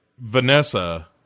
Vanessa